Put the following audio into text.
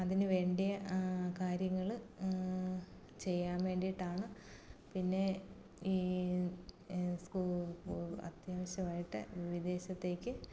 അതിനുവേണ്ടിയ കാര്യങ്ങൾ ചെയ്യാൻ വേണ്ടിയിട്ടാണ് പിന്നെ ഈ അത്യാവശ്യമായിട്ട് വിദേശത്തേക്ക്